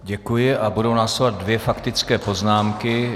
Děkuji a budou následovat dvě faktické poznámky.